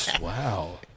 Wow